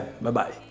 bye-bye